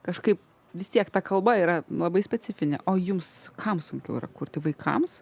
kažkaip vis tiek ta kalba yra labai specifinė o jums kam sunkiau yra kurti vaikams